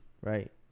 Right